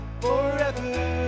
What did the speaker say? forever